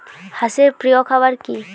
হাঁস এর প্রিয় খাবার কি?